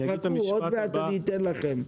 עוד מעט אני אתן לכם.